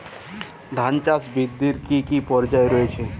ধান চাষ বৃদ্ধির কী কী পর্যায় রয়েছে?